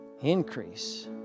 Increase